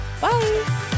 bye